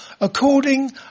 according